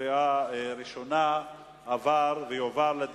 של חברי הכנסת